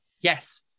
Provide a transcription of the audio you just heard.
yes